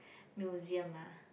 museum ah